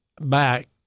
back